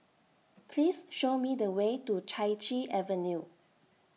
Please Show Me The Way to Chai Chee Avenue